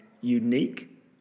unique